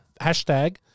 hashtag